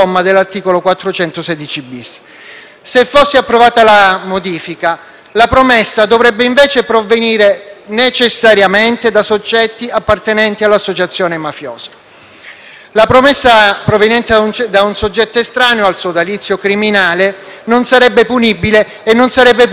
Se fosse approvata la modifica, la promessa dovrebbe invece provenire necessariamente da soggetti appartenenti all'associazione mafiosa. La promessa proveniente da un soggetto estraneo al sodalizio criminale non sarebbe punibile e non sarebbe punibile neanche la sua accettazione.